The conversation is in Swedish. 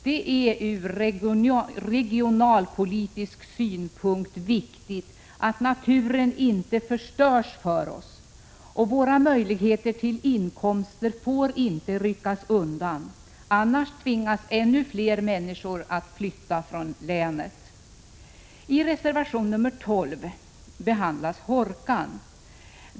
Det är ur regionalpolitisk synpunkt viktigt att naturen inte förstörs för oss och att våra möjligheter till inkomster inte rycks undan. Annars tvingas ännu fler människor flytta från länet. I reservation 12 behandlas Hårkan.